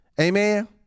Amen